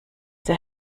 der